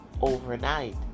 overnight